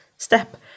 Step